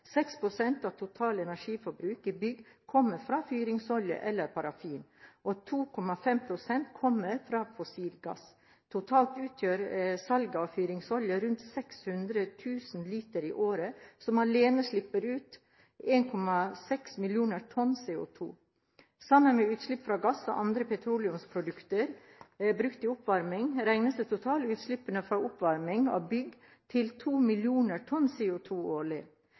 av totalt energiforbruk i bygg kommer fra fyringsolje eller parafin, og 2,5 pst. kommer fra fossil gass. Totalt utgjør salget av fyringsoljer rundt 600 000 liter i året, som alene slipper ut 1,6 mill. tonn CO2. Sammen med utslipp fra gass og andre petroleumsprodukter brukt til oppvarming regnes de totale utslippene fra oppvarming av bygg til 2 mill. tonn CO2 årlig.